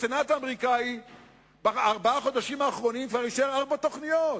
הסנאט האמריקני בארבעת החודשים האחרונים כבר אישר ארבע תוכניות.